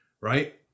right